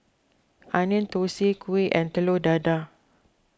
Onion Thosai Kuih and Telur Dadah